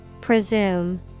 Presume